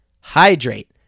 Hydrate